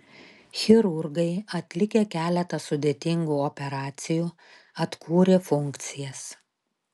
chirurgai atlikę keletą sudėtingų operacijų atkūrė funkcijas